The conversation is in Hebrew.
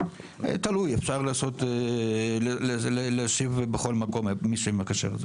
תלוי, אפשר לשים מישהו שמכשיר את זה